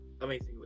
Amazing